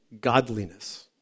godliness